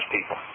people